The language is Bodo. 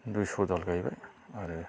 दुइस'दाल गायबाय आरो